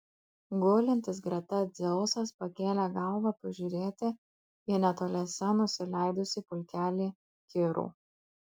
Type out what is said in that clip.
gulintis greta dzeusas pakėlė galvą pažiūrėti į netoliese nusileidusį pulkelį kirų